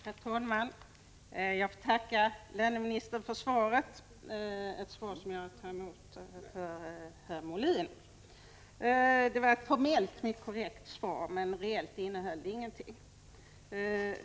Herr talman! Jag får tacka löneministern för svaret — ett svar som jag tar emot för herr Molén. Det var formellt ett mycket korrekt svar, men reellt innehöll det ingenting.